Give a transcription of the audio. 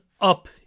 up